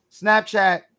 Snapchat